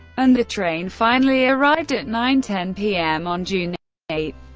and the train finally arrived at nine ten p m. on june eight.